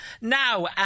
Now